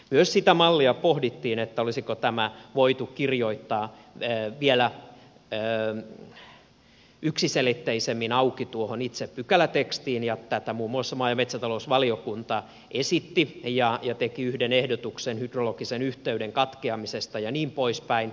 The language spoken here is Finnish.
myös sitä mallia pohdittiin olisiko tämä voitu kirjoittaa vielä yksiselitteisemmin auki tuohon itse pykälätekstiin ja tätä muun muassa maa ja metsätalousvaliokunta esitti ja teki yhden ehdotuksen hydrologisen yhteyden katkeamisesta ja niin poispäin